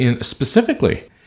specifically